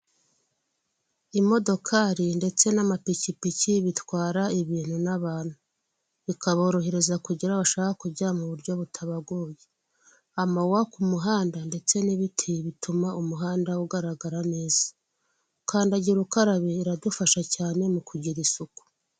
Imodokari ndetse n'amapikipiki bitwara ibintu n'abantu. Bikaborohereza kugira bashaka kujya mu buryo butabagoye. Amawuwa ku muhanda ndetse n'ibiti, bituma umuhanda ugaragara neza. Kandagira ukarabe iradufasha cyane mu kugira isuku.